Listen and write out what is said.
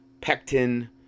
pectin